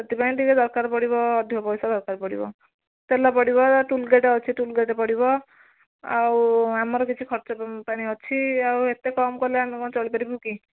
ସେଥିପାଇଁ ତ ଟିକିଏ ଦରକାର ପଡ଼ିବ ଅଧିକ ପଇସା ଦରକାର ପଡ଼ିବ ତେଲ ପଡ଼ିବ ଟୁଲ୍ ଗେଟ୍ ଅଛି ଟୁଲ୍ ଗେଟ୍ ପଡ଼ିବ ଆଉ ଆମର କିଛି ଖର୍ଚ୍ଚ ପାଣି ଅଛି ଆଉ ଏତେ କମ୍ କଲେ ଆମେ କଣ ଚଳିପାରିବୁ କି